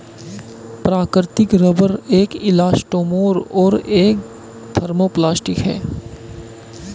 प्राकृतिक रबर एक इलास्टोमेर और एक थर्मोप्लास्टिक है